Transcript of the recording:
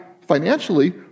financially